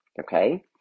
Okay